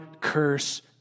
curse